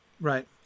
Right